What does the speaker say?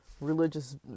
religious